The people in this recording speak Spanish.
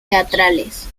teatrales